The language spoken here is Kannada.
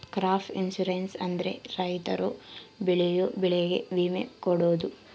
ಕ್ರಾಪ್ ಇನ್ಸೂರೆನ್ಸ್ ಅಂದ್ರೆ ರೈತರು ಬೆಳೆಯೋ ಬೆಳೆಗೆ ವಿಮೆ ಕೊಡೋದು